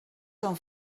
són